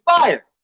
fire